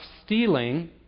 stealing